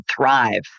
thrive